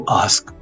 ask